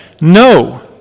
no